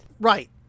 Right